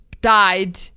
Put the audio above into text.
died